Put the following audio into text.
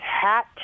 hat